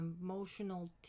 emotional